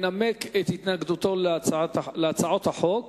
ינמק את התנגדותו להצעות החוק